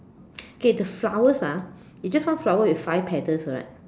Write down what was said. okay the flowers ah it's just now flowers with five petals right